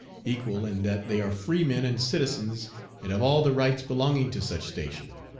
equal in that they are free men and citizens and have all the rights belonging to such station.